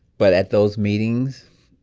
but at those meetings,